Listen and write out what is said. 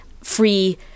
free